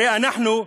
הרי אנחנו,